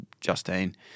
Justine